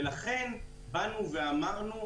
ולכן אמרנו,